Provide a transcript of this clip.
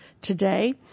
today